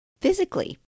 Physically